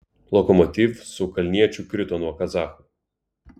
lokomotiv su kalniečiu krito nuo kazachų